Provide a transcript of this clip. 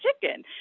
chicken